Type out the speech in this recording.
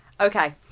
Okay